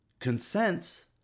Consents